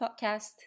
Podcast